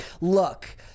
Look